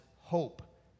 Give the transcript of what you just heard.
hope